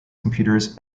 computers